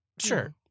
Sure